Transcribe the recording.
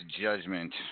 Judgment